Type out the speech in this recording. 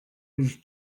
his